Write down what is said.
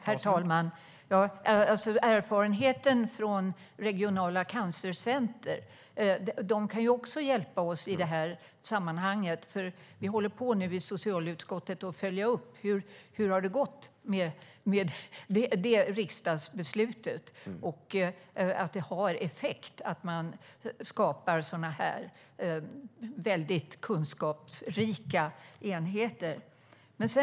Herr talman! Erfarenheten från Regionala cancercentrum kan också hjälpa oss i sammanhanget. Socialutskottet håller på och följer upp hur det har gått med det riksdagsbeslutet. Det ger effekt när man skapar sådana kunskapsrika enheter.